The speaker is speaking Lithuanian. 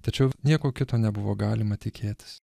tačiau nieko kito nebuvo galima tikėtis